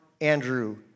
Andrew